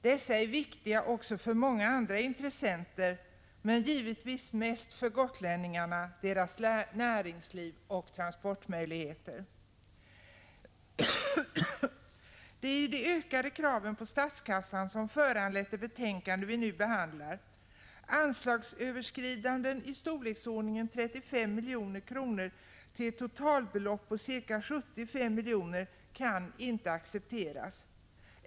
Dessa är viktiga också för många andra intressenter men givetvis mest för gotlänningarna, deras näringsliv och transportmöjligheter. Det är de ökade kraven på statskassan som föranlett det betänkande vi nu behandlar. Anslagsöverskridanden i storleksordningen 35 milj.kr. till ett totalbelopp på ca 75 milj.kr. kan inte accepteras.